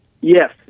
yes